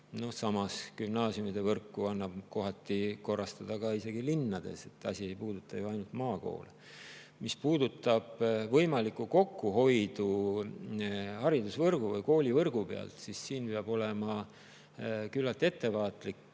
Samas, gümnaasiumivõrku annab kohati korrastada isegi linnades, see ei puuduta ju ainult maakoole. Mis puudutab võimalikku kokkuhoidu koolivõrgu pealt, siis siin peab olema küllalt ettevaatlik.